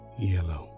yellow